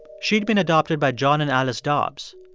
she'd been adopted by john and alice dobbs.